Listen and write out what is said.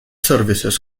services